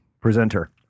presenter